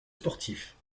sportifs